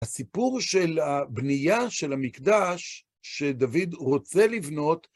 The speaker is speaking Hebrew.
הסיפור של הבנייה של המקדש שדוד רוצה לבנות